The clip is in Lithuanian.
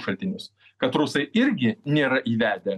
šaltinius kad rusai irgi nėra įvedę